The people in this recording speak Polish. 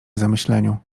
zamyśleniu